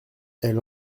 elle